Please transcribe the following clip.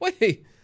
Wait